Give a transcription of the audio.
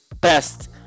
best